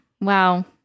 Wow